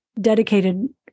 dedicated